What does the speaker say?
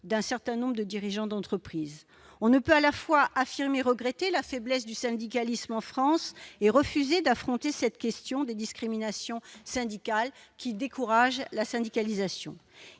d'un certain nombre de dirigeants d'entreprises, on ne peut à la fois affirmé regretter la faiblesse du syndicalisme en France et refusé d'affronter cette question des discriminations syndicales qui décourage la syndicalisation